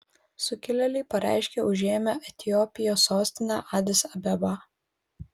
sukilėliai pareiškė užėmę etiopijos sostinę adis abebą